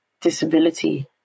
disability